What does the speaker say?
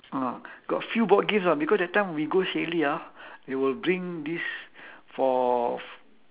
ah got few board games ah because that time we go ah they will bring these for